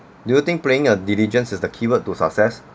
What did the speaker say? do you think playing on diligence is the keyword to success